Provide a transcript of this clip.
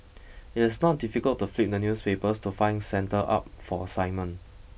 it is not difficult to flip the newspapers to find centres up for assignment